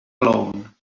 alone